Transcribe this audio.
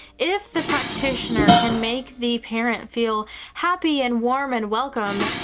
if the practitioner can make the parent feel happy and warm and welcome,